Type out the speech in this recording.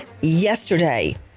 yesterday